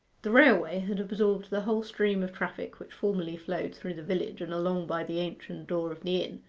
the railway had absorbed the whole stream of traffic which formerly flowed through the village and along by the ancient door of the inn,